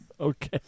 okay